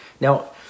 Now